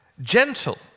Gentle